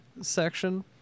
section